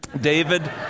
David